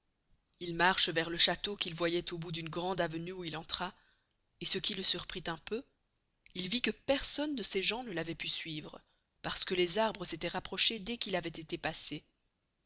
il marche vers le chasteau qu'il voyoit au bout d'une grande avenuë où il entra et ce qui le surprit un peu il vit que personne de ses gens ne l'avoit pû suivre parce que les arbres s'estoient rapprochez dés qu'il avoit esté passé